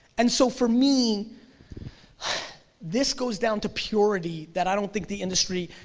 and so for me this goes down to purity that i don't think the industry,